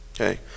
Okay